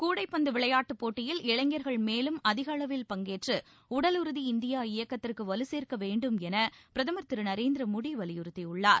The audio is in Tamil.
கூடைப்பந்து விளையாட்டுப் போட்டியில் இளைஞர்கள் மேலும் அதிகஅளவில் பங்கேற்று உடலுறுதி இந்தியா இயக்கத்திற்கு வலு சேர்க்க வேண்டும் என பிரதமர் திரு நரேந்திர மோடி வலியுறுத்தியுள்ளார்